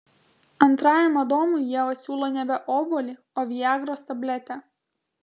antrajam adomui ieva siūlo nebe obuolį o viagros tabletę